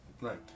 right